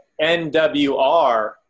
NWR